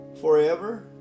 forever